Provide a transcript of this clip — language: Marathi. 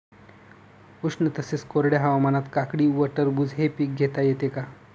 उष्ण तसेच कोरड्या हवामानात काकडी व टरबूज हे पीक घेता येते का?